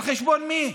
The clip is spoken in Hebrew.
על חשבון מי?